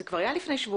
זה כבר היה לני שבועיים